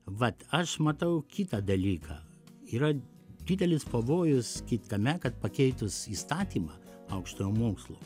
vat aš matau kitą dalyką yra didelis pavojus kitkame kad pakeitus įstatymą aukštojo mokslo